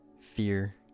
fear